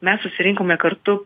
mes susirinkome kartu